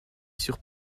sur